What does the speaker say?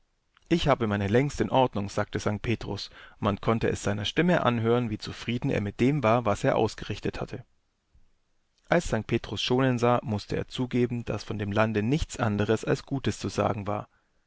ich habe meine längst in ordnung sagte sankt petrus und man konnte es seiner stimme anhören wie zufrieden er mit dem war was er ausgerichtethatte alssanktpetrusschonensah mußteerzugeben daßvondemlandenichts anderes als gutes zu sagen war